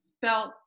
felt